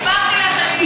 והסברתי לה שאני,